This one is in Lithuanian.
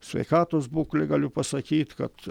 sveikatos būklę galiu pasakyt kad